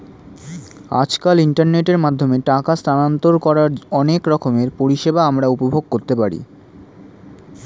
আজকাল ইন্টারনেটের মাধ্যমে টাকা স্থানান্তর করার অনেক রকমের পরিষেবা আমরা উপভোগ করতে পারি